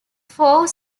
four